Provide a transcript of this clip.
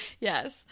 Yes